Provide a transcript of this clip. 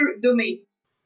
domains